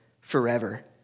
forever